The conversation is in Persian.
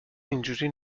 اینجوری